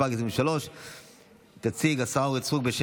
התשפ"ג 2023. תציג השרה אורית סטרוק,